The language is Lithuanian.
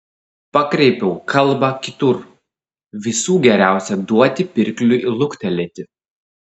pakreipiau kalbą kitur visų geriausia duoti pirkliui luktelėti